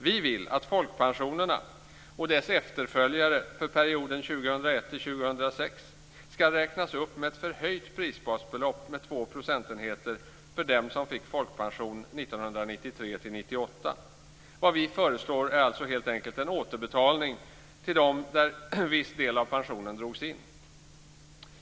Vi vill att folkpensionen och dess efterföljare för perioden 2001 till 2006 ska räknas upp med ett förhöjt prisbasbelopp med två procentenheter för dem som fick folkpension 1993-1998. Vad vi föreslår är alltså helt enkelt en återbetalning till dem för vilka en viss del av pensionen drogs in.